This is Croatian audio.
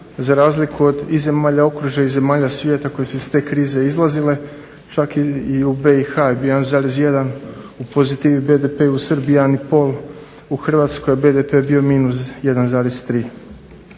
za razliku od i zemalja okružja i zemalja svijeta koje su iz te krize izlazile čak i u BiH je 1,1 u pozitivi BDP, u Srbiji 1,5, u Hrvatskoj je BDP bio -1,3.